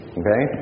okay